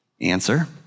Answer